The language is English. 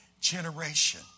generation